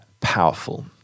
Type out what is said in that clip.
powerful